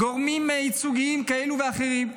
גורמים ייצוגיים כאלו ואחרים,